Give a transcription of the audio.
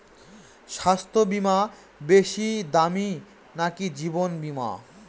স্বাস্থ্য বীমা বেশী দামী নাকি জীবন বীমা?